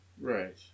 Right